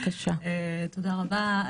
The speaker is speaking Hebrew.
תודה רבה.